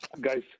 Guys